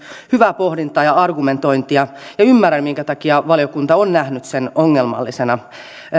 hyvää pohdintaa ja argumentointia ymmärrän minkä takia valiokunta on nähnyt sen ongelmallisena